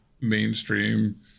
mainstream